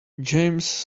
james